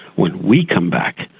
when we come back,